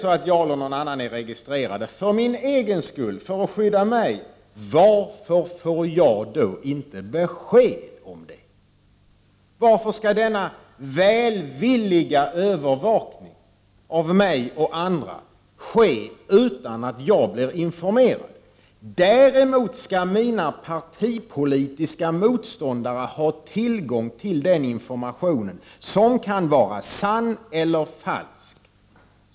Om jag eller någon annan är registrerad för att bli skyddad, varför får jag då inte besked för min egen skull? Varför skall denna välvilliga övervakning av mig och andra ske utan att vi blir informerade? Däremot skall mina partipolitiska motståndare ha tillgång till den informationen, som kan vara sann eller falsk.